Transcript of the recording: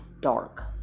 dark